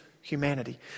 humanity